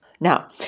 Now